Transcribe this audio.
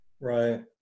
Right